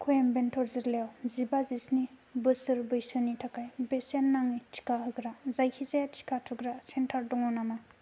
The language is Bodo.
कयेम्बेट'र जिल्लायाव जिबा जिस्नि बोसोर बैसोनि थाखाय बेसेन नाङि टिका होग्रा जायखिजाया टिका थुग्रा सेन्टार दङ नामा